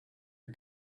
you